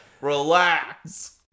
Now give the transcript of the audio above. Relax